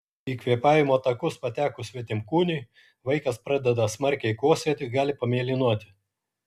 į kvėpavimo takus patekus svetimkūniui vaikas pradeda smarkiai kosėti gali pamėlynuoti